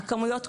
הכמויות,